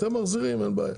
אתם מחזירים, אין בעיה.